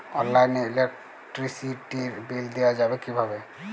অনলাইনে ইলেকট্রিসিটির বিল দেওয়া যাবে কিভাবে?